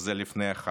וזה לפני החלב.